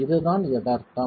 இதுதான் யதார்த்தம்